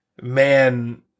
Man